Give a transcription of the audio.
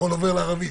הכול עובר לערבית.